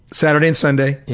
saturday and sunday, yeah